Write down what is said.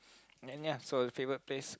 and ya so favourite place